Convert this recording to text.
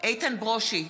איתן ברושי,